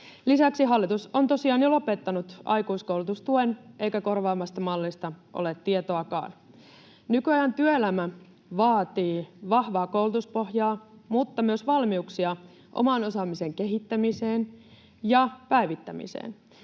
Lisäksi hallitus on tosiaan jo lopettanut aikuiskoulutustuen, eikä korvaavasta mallista ole tietoakaan. Nykyajan työelämä vaatii vahvaa koulutuspohjaa mutta myös valmiuksia oman osaamisen kehittämiseen ja päivittämiseen.